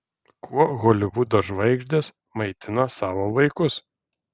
kuo holivudo žvaigždės maitina savo vaikus